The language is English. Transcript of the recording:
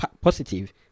positive